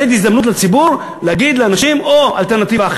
לתת הזדמנות לציבור, להגיד לאנשים, או אלטרנטיבה,